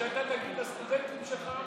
אתה לא מתבייש?